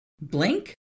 Blink